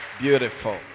beautiful